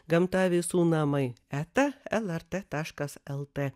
gamta visų namai eta lrt taškas lt